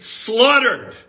slaughtered